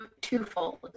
twofold